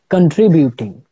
Contributing